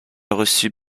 reçu